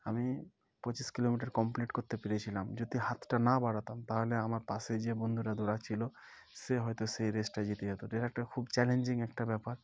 আমি পঁচিশ kilometre complete করতে পেরেছিলাম যদি হাতটা না বাড়াতাম তাহলে আমার পাশে যে বন্ধুরাধরা ছিল সে হয়তো সেই রেসটা জিতে যেতো এটা একটা খুব চ্যালেঞ্জিং একটা ব্যাপার